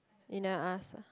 you never ask ah